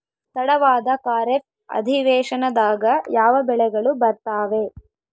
ತಡವಾದ ಖಾರೇಫ್ ಅಧಿವೇಶನದಾಗ ಯಾವ ಬೆಳೆಗಳು ಬರ್ತಾವೆ?